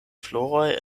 floroj